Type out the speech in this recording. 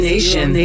Nation